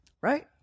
right